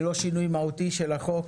זה לא שינוי מהותי של החוק